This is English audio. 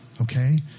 okay